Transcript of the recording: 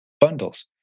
bundles